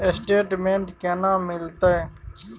Statement केना मिलते?